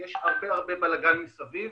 כי יש הרבה הרבה בלגן מסביב.